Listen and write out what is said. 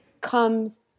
comes